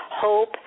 hope